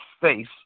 face